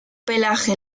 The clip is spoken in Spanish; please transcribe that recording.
pelaje